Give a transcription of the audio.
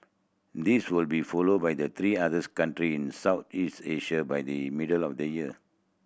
this will be followed by the three others country in Southeast Asia by the middle of the year